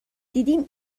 دیدیم